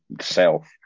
self